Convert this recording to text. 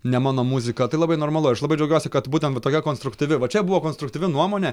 ne mano muzika tai labai normalu ir aš labai džiaugiuosi kad būtent va tokia konstruktyvi va čia buvo konstruktyvi nuomonė